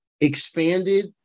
expanded